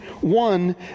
One